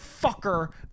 fucker